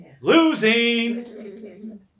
Losing